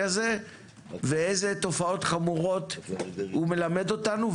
הזה ואיזה תופעות חמורות הוא מלמד אותנו.